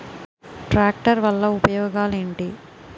Tractor వల్ల ఉపయోగాలు ఏంటీ?